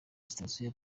sitasiyo